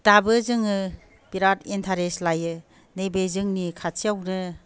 दाबो जोङो बिराथ एन्टारेस्ट लायो नैबे जोंनि खाथियावनो